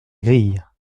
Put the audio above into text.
grille